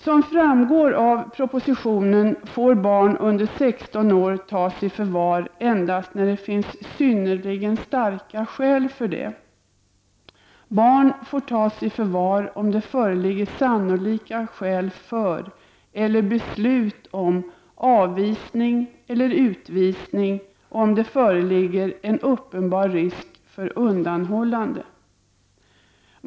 Som framgår av propositionen får barn under 16 år tas i förvar endast när det finns synnerligen starka skäl för det. Barn får tas i förvar om det föreligger sannolika skäl för, eller beslut om, avvisning eller utvisning och om det föreligger en uppenbar risk för undanhållande.